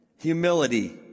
humility